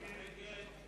מי נגד?